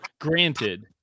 granted